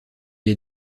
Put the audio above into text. est